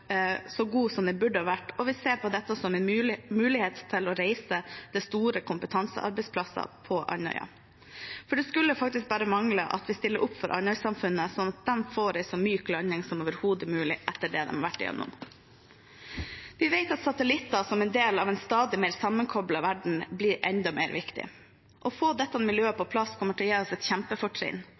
så god som den burde vært, og vi ser på dette som en mulighet til å reise store kompetansearbeidsplasser på Andøya. Det skulle faktisk bare mangle at vi stiller opp for Andøy-samfunnet, sånn at de får en så myk landing som overhodet mulig etter det de har vært gjennom. Vi vet at satellitter som en del av en stadig mer sammenkoblet verden, blir enda mer viktig. Å få dette miljøet på plass kommer til å gi oss et kjempefortrinn,